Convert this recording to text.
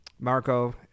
Marco